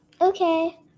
Okay